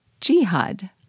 jihad